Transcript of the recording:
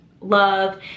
love